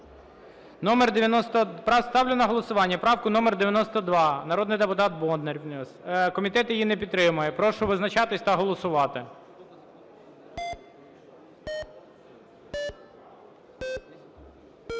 номер 92, народний депутат Бондар вніс, комітет її не підтримує. Прошу визначатись та голосувати.